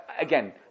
Again